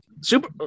super